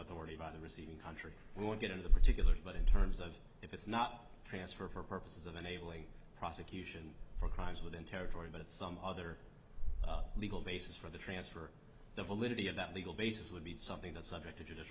authority by the receiving country we won't get into particulars but in terms of if it's not transfer for purposes of enabling prosecution for crimes within territory but some other legal basis for the transfer the validity of that legal basis would be something that's subject